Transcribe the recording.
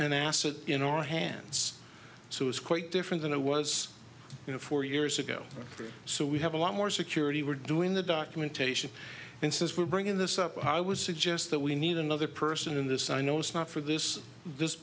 an asset in our hands so it's quite different than it was four years ago so we have a lot more security we're doing the documentation and since we're bringing this up i would suggest that we need another person in this i know it's not for this this